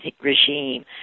regime